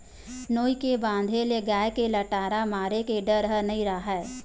नोई के बांधे ले गाय के लटारा मारे के डर ह नइ राहय